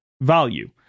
value